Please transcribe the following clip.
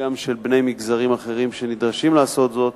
וגם לבני מגזרים אחרים שנדרשים לעשות זאת,